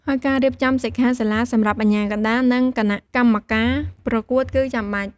ហើយការរៀបចំសិក្ខាសាលាសម្រាប់អាជ្ញាកណ្ដាល និងគណៈកម្មការប្រកួតគឺចាំបាច់។